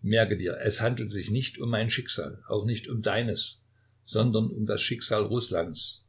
merke dir es handelt sich nicht um mein schicksal auch nicht um deines sondern um das schicksal rußlands